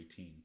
18